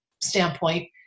standpoint